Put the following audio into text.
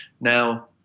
Now